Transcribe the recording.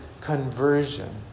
conversion